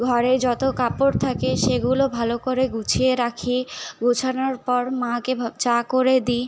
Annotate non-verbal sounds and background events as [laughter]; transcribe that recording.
ঘরে যত কাপড় থাকে সেগুলো ভালো করে গুছিয়ে রাখি গোছানোর পর মাকে [unintelligible] চা করে দিই